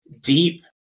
deep